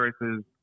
versus